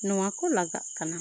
ᱱᱚᱣᱟ ᱠᱚ ᱞᱟᱜᱟᱜ ᱠᱟᱱᱟ